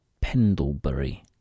Pendlebury